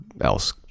else